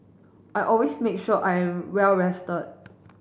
I always make sure I am well rested